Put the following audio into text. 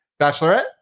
Bachelorette